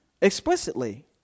Explicitly